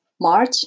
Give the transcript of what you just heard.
March